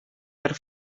per